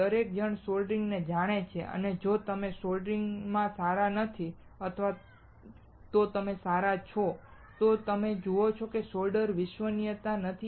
દરેક જણ સોલ્ડરિંગ ને જાણે છે અને જો તમે સોલ્ડરિંગમાં સારા નથી અથવા તો તમે સારા છો તો તમે જુઓ કે સોલ્ડર વિશ્વસનીય નથી